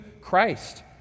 Christ